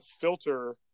filter